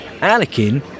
Anakin